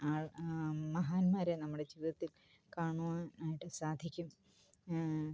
ആൾ മഹാന്മാരെ നമ്മുടെ ജീവിതത്തിൽ കാണുവാൻ ആയിട്ട് സാധിക്കും